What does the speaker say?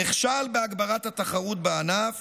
נכשל בהגברת התחרות בענף